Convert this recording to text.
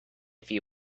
few